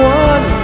one